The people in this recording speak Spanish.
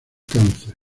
cáncer